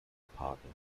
parken